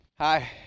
Hi